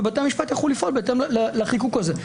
ובתי המשפט יכלו לפעול לפי החיקוק הזה.